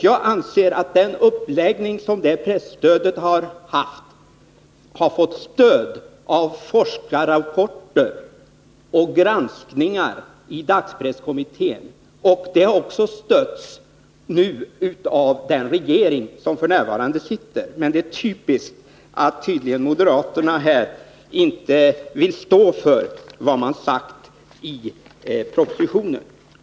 Jag anser att den uppläggning som presstödet haft har fått stöd i forskarrapporter och av granskningar i dagspresskommittén, och den har nu också stötts av den regering som f.n. sitter. Men det är typiskt att moderaterna tydligen inte vill stå för vad man sagt i propositionen.